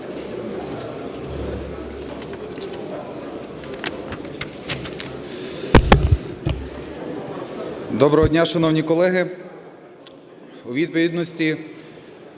Доброго дня, шановні колеги! У відповідності